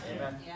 Amen